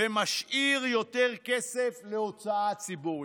ומשאיר יותר כסף להוצאה ציבורית.